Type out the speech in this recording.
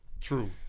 True